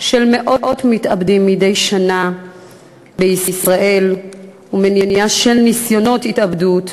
של מאות מתאבדים מדי שנה בישראל ומניעה של ניסיונות התאבדות,